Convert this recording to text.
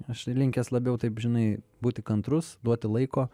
aš linkęs labiau taip žinai būti kantrus duoti laiko